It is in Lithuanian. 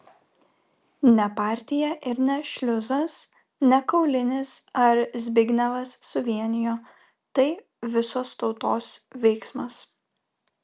ne partija ir ne šliuzas ne kaulinis ar zbignevas suvienijo tai visos tautos veiksmas